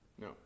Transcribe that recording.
No